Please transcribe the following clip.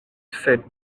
sed